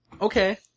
Okay